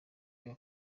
iyi